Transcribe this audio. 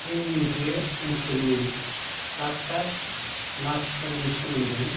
जोंनि बे ओनसोलनि ड'क्टर्स नार्सफोरनि सोमोन्दै